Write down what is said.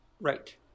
Right